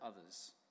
others